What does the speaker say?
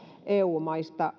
eu maista